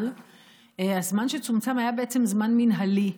אבל הזמן שצומצם היה בעצם זמן מינהלי,